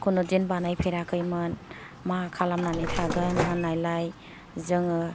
खुनुदिन बानाय फेराखैमोन मा खालामनानै थागोन होननाय लाय जोङो